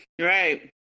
Right